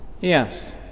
Yes